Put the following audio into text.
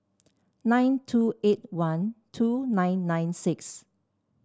nine two eight one two nine nine six